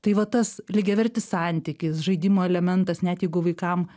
tai va tas lygiavertis santykis žaidimo elementas net jeigu vaikam